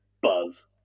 Buzz